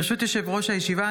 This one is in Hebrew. ברשות יושב-ראש הישיבה,